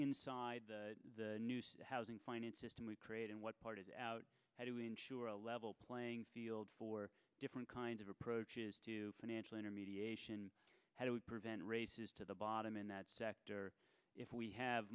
inside the new housing finance system we create and what part is out how do we ensure a level playing field for different kinds of approaches to financial intermediation how do we prevent races to the bottom in that sector if we have